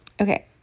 Okay